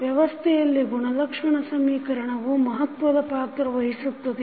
ವ್ಯವಸ್ಥೆಯಲ್ಲಿ ಗುಣಲಕ್ಷಣ ಸಮೀಕರಣವು ಮಹತ್ವದ ಪಾತ್ರವನ್ನು ವಹಿಸುತ್ತವೆ